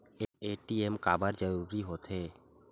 ATM काबर जरूरी हो थे?